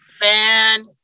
man